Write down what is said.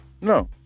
No